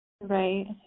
Right